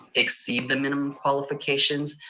exceed the minimum qualifications.